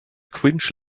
cringe